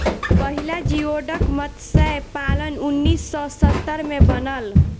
पहिला जियोडक मतस्य पालन उन्नीस सौ सत्तर में बनल